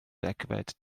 degfed